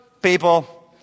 people